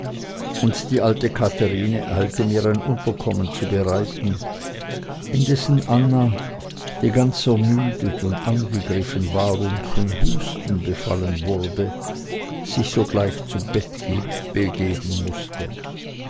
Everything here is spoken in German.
und die alte katherine eilte mir ein unterkommen zu bereiten indessen anna die ganz ermüdet und angegriffen war und von husten befallen wurde sich sogleich zu bett begeben mußte